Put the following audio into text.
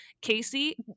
Casey